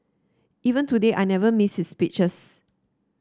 even today I never miss his speeches